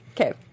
Okay